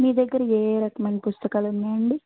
మీ దగ్గర ఏ ఏ రకమైన పుస్తకాలు ఉన్నాయండి